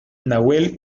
nahuel